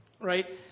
Right